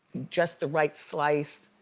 just the right slice.